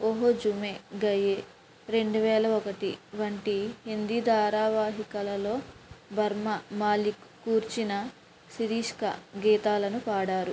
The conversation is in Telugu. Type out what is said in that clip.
ఆఓ జూమే గాయే రెండు వేల ఒకటి వంటి హిందీ ధారావాహికలలో బర్మా మలిక్ కూర్చిన శీర్షిక గీతాలను పాడారు